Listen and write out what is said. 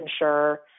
ensure